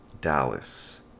Dallas